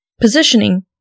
Positioning